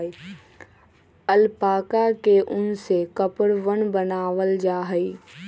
alpaca के उन से कपड़वन बनावाल जा हई